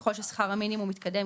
ככל ששכר המינימום מתקדם,